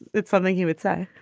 it's something he would say.